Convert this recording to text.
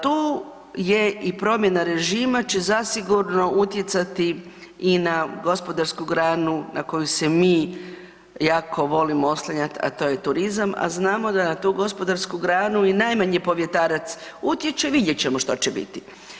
Tu je i promjena režima će zasigurno utjecati i na gospodarsku granu na koju se mi jako volimo oslanjat, a to je turizam, a znamo da tu gospodarsku granu i najmanji povjetarac utječe, vidjet ćemo što će biti.